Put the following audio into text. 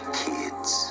kids